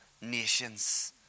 nations